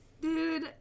Dude